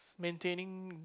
maintaining weak